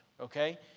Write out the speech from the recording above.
okay